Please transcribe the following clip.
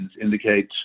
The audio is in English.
indicate